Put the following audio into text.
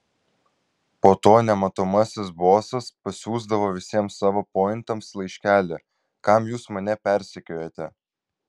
po to nematomasis bosas pasiųsdavo visiems savo pointams laiškelį kam jūs mane persekiojate